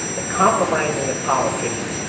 compromising the politicians,